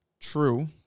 true